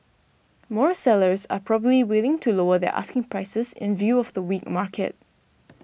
more sellers are probably willing to lower their asking prices in view of the weak market